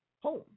home